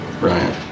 Ryan